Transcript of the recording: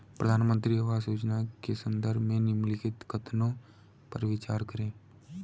प्रधानमंत्री आवास योजना के संदर्भ में निम्नलिखित कथनों पर विचार करें?